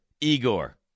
Igor